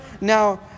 now